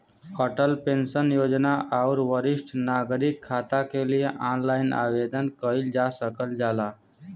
Atal pension योजना आउर वरिष्ठ नागरिक खाता के लिए ऑनलाइन आवेदन कइल जा सकल जाला